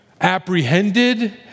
apprehended